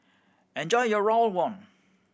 enjoy your rawon